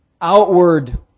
outward